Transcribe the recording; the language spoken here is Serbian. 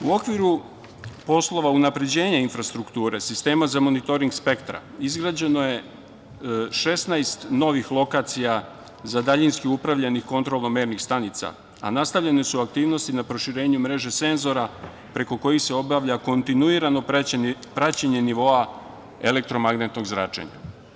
U okviru poslova unapređenja infrastrukture sistema za monitoring spektra izgrađeno je 16 novih lokacija za daljinski upravljanih kontrolno-mernih stanica, a na nastavljane su aktivnosti na proširenju mreže senzora preko kojih se obavlja kontinuirano praćenje nivoa elektromagnetnog zračenja.